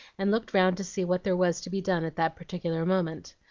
and looked round to see what there was to be done at that particular moment.